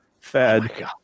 Fed